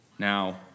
Now